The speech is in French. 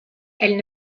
elles